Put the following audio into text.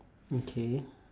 okay